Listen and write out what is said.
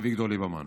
אביגדור ליברמן.